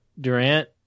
Durant